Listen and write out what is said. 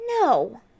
No